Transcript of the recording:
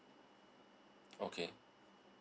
okay